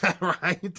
Right